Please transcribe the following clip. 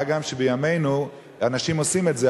מה גם שבימינו אנשים עושים את זה,